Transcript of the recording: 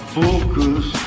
focus